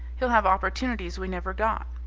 he'll have opportunities we never got.